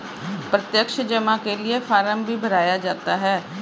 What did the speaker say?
प्रत्यक्ष जमा के लिये फ़ार्म भी भराया जाता है